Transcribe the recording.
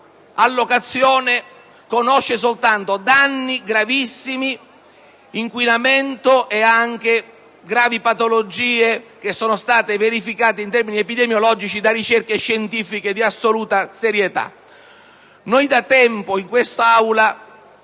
imprese, conosce soltanto danni gravissimi: inquinamento e anche gravi patologie che sono state verificate in termini epidemiologici da ricerche scientifiche di assoluta serietà. Da tempo, almeno dal